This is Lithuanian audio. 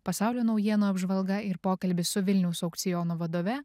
pasaulio naujienų apžvalga ir pokalbis su vilniaus aukciono vadove